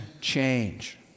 change